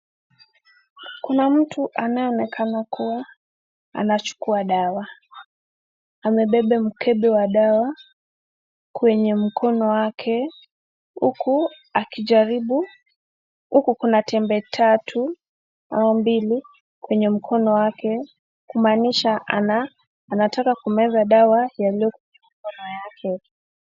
Kuna mtu anaye onekana kua anachukua dawa, amebeba mkebe wa dawa kwenye mkono wake huku akijaribu uku kuna tembe tatu au mbili kwenye mkono wake kumanisha anataka kumeza dawa yalio kwa mkono yake.